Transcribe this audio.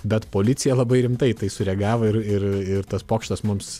bet policija labai rimtai į tai sureagavo ir ir ir tas pokštas mums